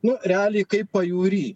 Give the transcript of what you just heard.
nu realiai kaip pajūry